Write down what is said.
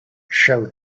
show